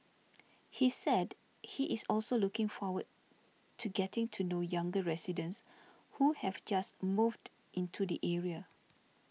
he said he is also looking forward to getting to know younger residents who have just moved into the area